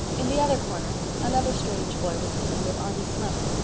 in the other corner another strange boy was sitting with arty sloane.